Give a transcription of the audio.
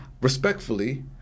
respectfully